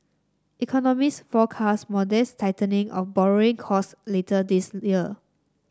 economists forecast modest tightening of borrowing costs later this year